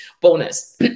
Bonus